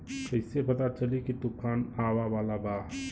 कइसे पता चली की तूफान आवा वाला बा?